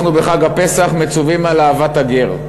אנחנו בחג הפסח מצווים על אהבת הגר,